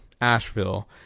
Asheville